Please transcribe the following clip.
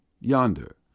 yonder